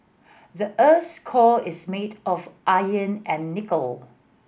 the earth's core is made of and nickel